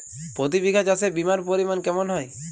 প্রতি বিঘা চাষে বিমার পরিমান কেমন হয়?